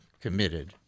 committed